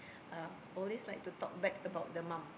uh always like to talk bad about the mum